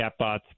chatbots